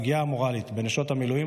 הפגיעה המורלית בנשות המילואים,